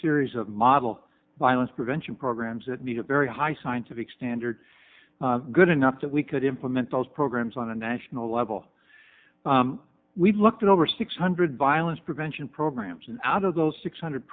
series of model violence prevention programs at me a very high scientific standard good enough that we could implement those programs on a national level we've looked at over six hundred violence prevention programs and out of those six hundred